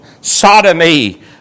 sodomy